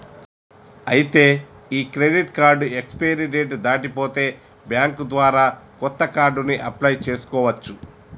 ఐతే ఈ credit card expiry date దాటి పోతే బ్యాంక్ ద్వారా కొత్త కార్డుని అప్లయ్ చేసుకోవచ్చు